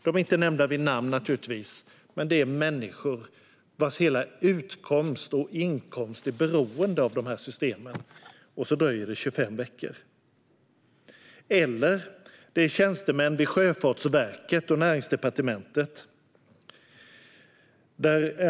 Dessa människor är naturligtvis inte nämnda vid namn, men det är människor vars hela utkomst och inkomst är beroende av dessa system. Och så dröjer det 25 veckor. Det handlar om tjänstemän vid Sjöfartsverket och Näringsdepartementet.